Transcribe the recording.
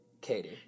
Katie